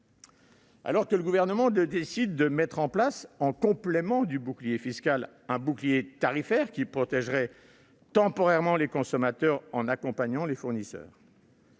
d'euros ! Le Gouvernement décide de mettre en place, en complément du bouclier fiscal, un bouclier tarifaire qui protégerait temporairement les consommateurs en accompagnant les fournisseurs.